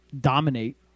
dominate